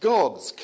God's